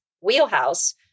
wheelhouse